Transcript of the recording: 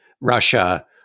Russia